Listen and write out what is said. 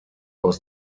aus